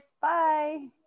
Bye